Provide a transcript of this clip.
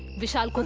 vishal.